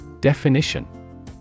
Definition